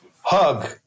hug